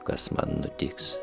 kas man nutiks